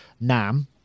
NAM